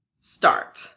start